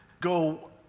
go